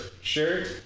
shirt